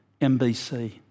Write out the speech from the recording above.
MBC